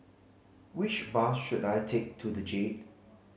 which bus should I take to The Jade